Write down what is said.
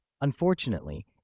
Unfortunately